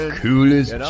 coolest